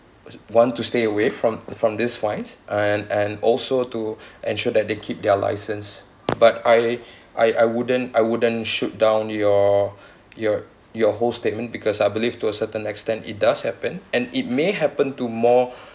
want to stay away from from this fines and and also to ensure that they keep their license but I I I wouldn't I wouldn't shoot down your your your whole statement because I believe to a certain extent it does happen and it may happen to more